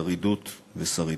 שרידות ושרידות.